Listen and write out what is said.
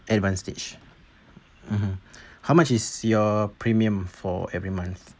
advance stage mm how much is your premium for every month